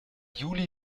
juli